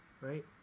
right